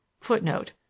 Footnote